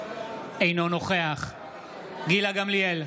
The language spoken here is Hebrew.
אינו נוכח גילה גמליאל,